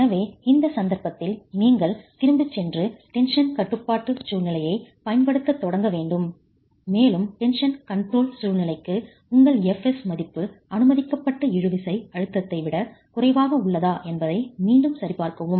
எனவே இந்தச் சந்தர்ப்பத்தில் நீங்கள் திரும்பிச் சென்று டென்ஷன் கட்டுப்பாட்டு சூழ்நிலையைப் பயன்படுத்தத் தொடங்க வேண்டும் மேலும் டென்ஷன் கன்ட்ரோல் சூழ்நிலைக்கு உங்கள் fs மதிப்பு அனுமதிக்கப்பட்ட இழுவிசை அழுத்தத்தை விடக் குறைவாக உள்ளதா என்பதை மீண்டும் சரிபார்க்கவும்